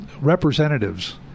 representatives